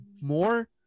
more